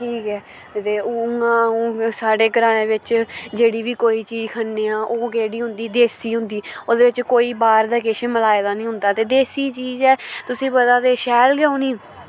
ठीक ऐ ते उ'आं हून साढ़े ग्राएं बिच्च जेह्ड़ी बी कोई चीज खन्ने आं ओह् केह्ड़ी होंदी देसी होंदी ओह्दे बिच्च कोई बाह्र दा किश मलाए दा निं होंदा ते देसी चीज ऐ तुसेंगी पता ते शैल गै होनी